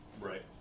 right